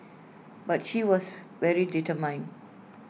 but she was very determined